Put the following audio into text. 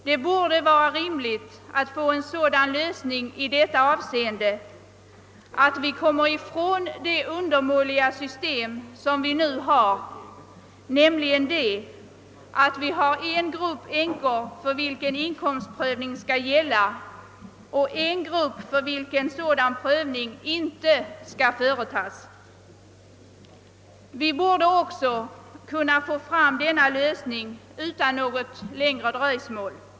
Det borde vara rimligt att vi kommer ifrån det undermåliga system som vi nu har med en grupp änkor för vilken inkomstprövning skall gälla och en grupp för vilken sådan prövning inte skall före tas. Vi borde också kunna få fram en sådan lösning utan något längre dröjsmål.